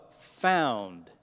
found